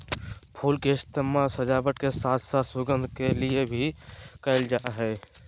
फुल के इस्तेमाल सजावट के साथ साथ सुगंध के लिए भी कयल जा हइ